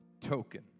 token